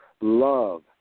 love